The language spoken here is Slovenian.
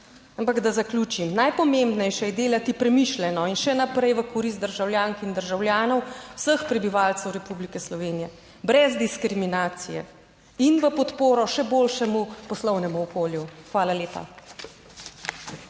Ampak da zaključim, najpomembnejše je delati premišljeno in še naprej v korist državljank in državljanov vseh prebivalcev Republike Slovenije, brez diskriminacije in v podporo še boljšemu poslovnemu okolju. Hvala lepa.